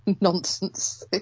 nonsense